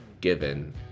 given